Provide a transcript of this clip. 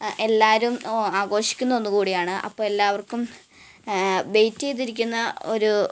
എല്ലാവരും ആഘോഷിക്കുന്ന ഒന്ന് കൂടിയാണ് അപ്പോൾ എല്ലാവര്ക്കും വെയിറ്റ് ചെയ്തിരിക്കുന്ന ഒരു